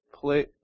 play